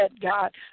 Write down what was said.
God